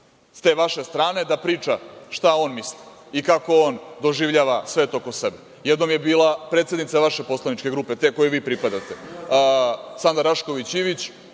s te vaše strane da priča šta on misli i kako on doživljava svet oko sebe. Jednom je bila predsednica vaše poslaničke grupe, te kojoj vi pripadate, Sanda Rašković Ivić,